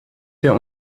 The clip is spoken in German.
der